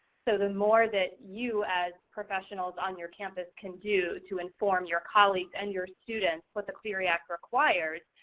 so the more that you as professionals on your campus can do to inform your colleagues and your students what the clery act requires,